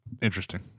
Interesting